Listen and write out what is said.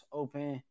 open